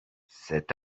cet